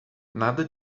nada